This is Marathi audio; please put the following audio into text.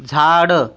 झाड